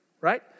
right